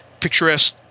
picturesque